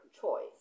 choice